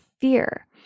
fear